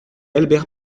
albert